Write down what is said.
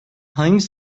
hangi